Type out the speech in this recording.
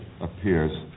appears